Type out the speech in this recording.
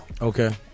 Okay